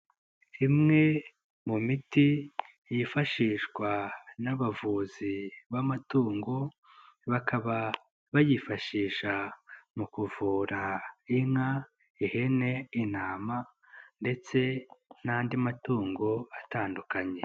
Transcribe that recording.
Rimwe mu miti yifashishwa n'abavuzi b'amatungo, bakaba bayifashisha mu kuvura inka, ihene, intama ndetse n'andi matungo atandukanye.